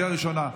קריאה ראשונה.